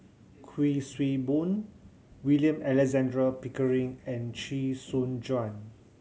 Kuik Swee Boon William Alexander Pickering and Chee Soon Juan